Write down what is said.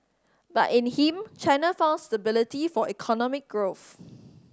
but in him China found stability for economic growth